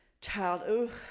child